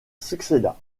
succéda